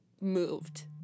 moved